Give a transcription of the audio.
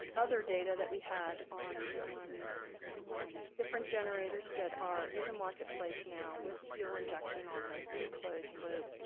other data that we had on on different generators that are in the marketplace now with fuel injection on them enclosed loop,